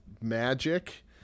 magic